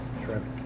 shrimp